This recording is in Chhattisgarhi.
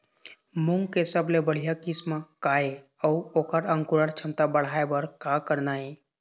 मूंग के सबले बढ़िया किस्म का ये अऊ ओकर अंकुरण क्षमता बढ़ाये बर का करना ये?